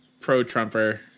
pro-Trumper